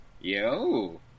Yo